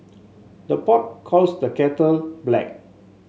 the pot calls the kettle black